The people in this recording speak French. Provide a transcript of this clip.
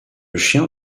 chien